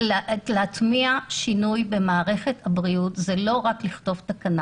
להטמיע שינוי במערכת בריאות זה לא רק לכתוב תקנה